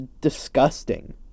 disgusting